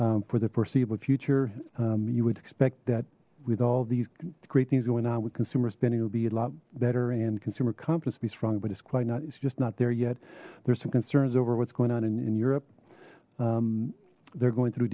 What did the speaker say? low for the foreseeable future you would expect that with all these great things going on with consumer spending will be a lot better and consumer confidence be strong but it's quite not it's just not there yet there's some concerns over what's going on in europe they're going through